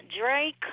Drake